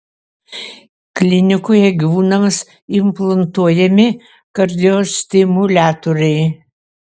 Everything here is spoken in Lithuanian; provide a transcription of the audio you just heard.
klinikoje gyvūnams implantuojami kardiostimuliatoriai